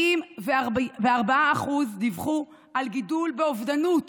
44% דיווחו על גידול באובדנות